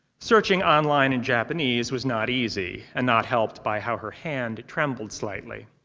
searching online in japanese was not easy and not helped by how her hand trembled slightly.